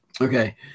Okay